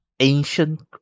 Ancient